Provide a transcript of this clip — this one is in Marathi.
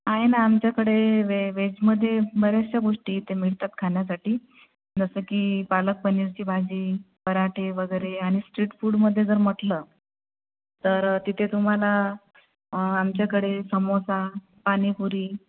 आहे ना आमच्याकडे व्हे व्हेजमध्ये बऱ्याचशा गोष्टी इथे मिळतात खाण्यासाठी जसं की पालक पनीरची भाजी पराठे वगैरे आणि स्ट्रीट फूडमध्ये जर म्हटलं तर तिथे तुम्हाला आमच्याकडे सामोसा पाणीपुरी